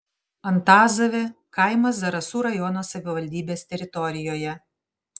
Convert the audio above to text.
antazavė kaimas zarasų rajono savivaldybės teritorijoje